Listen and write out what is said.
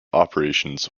operations